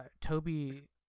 toby